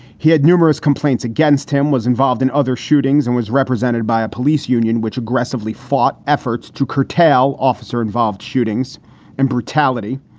he had numerous complaints against him, was involved in other shootings, and was represented by a police union which aggressively fought efforts to curtail officer involved shootings and brutality,